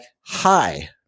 hi